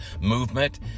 movement